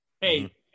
hey